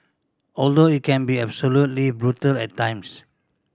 although it can be absolutely brutal at times